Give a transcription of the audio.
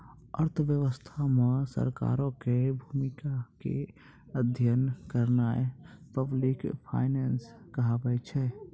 अर्थव्यवस्था मे सरकारो के भूमिका के अध्ययन करनाय पब्लिक फाइनेंस कहाबै छै